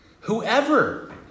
Whoever